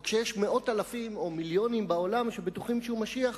או כשיש מאות אלפים או מיליונים בעולם שבטוחים שהוא משיח,